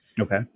Okay